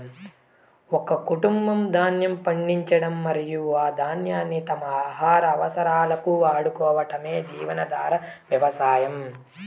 ఒక కుటుంబం ధాన్యం పండించడం మరియు ఆ ధాన్యాన్ని తమ ఆహార అవసరాలకు వాడుకోవటమే జీవనాధార వ్యవసాయం